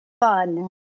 fun